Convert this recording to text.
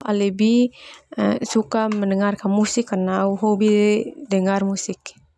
Au lebih suka mendengarkan musik karna au hobi dengar musik.